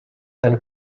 then